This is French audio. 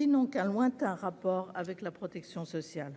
n'ayant qu'un lointain rapport avec la protection sociale.